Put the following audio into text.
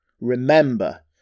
Remember